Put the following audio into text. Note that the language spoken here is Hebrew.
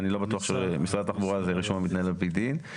אני לא בטוח שמשרד התחבורה זה רישום המתנהל על פי דין,